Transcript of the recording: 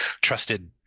trusted